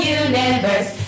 universe